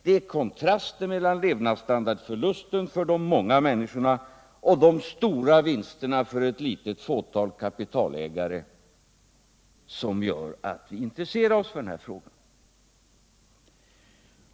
Det är kontrasten mellan levnadsstandardförlusten för de många människorna och de stora vinsterna för ett litet fåtal kapitalägare som gör att vi intresserar oss för den här frågan.